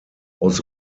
aus